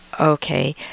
Okay